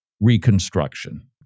reconstruction